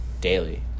daily